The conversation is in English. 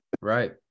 Right